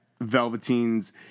Velveteen's